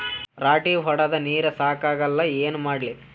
ರಾಟಿ ಹೊಡದ ನೀರ ಸಾಕಾಗಲ್ಲ ಏನ ಮಾಡ್ಲಿ?